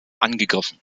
angegriffen